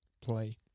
Play